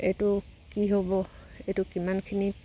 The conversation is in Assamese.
এইটো কি হ'ব এইটো কিমানখিনি